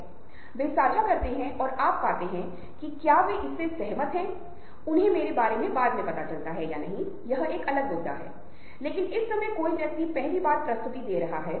इसके संबंध पक्ष को देखें क्योंकि अगर हम एक इंसान के रूप में व्यवहार करते हैं तो यह बहुत आसान है बातचीत करने से लगता है कि यह वास्तविक व्यक्ति के रूप में उस व्यक्ति के लिए बहुत आसान है